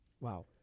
Wow